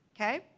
okay